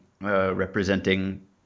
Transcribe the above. representing